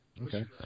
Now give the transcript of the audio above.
Okay